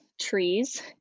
trees